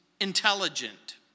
Intelligent